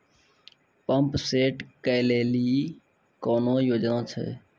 Pump set केलेली कोनो योजना छ?